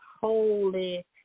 holy